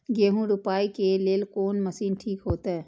गेहूं रोपाई के लेल कोन मशीन ठीक होते?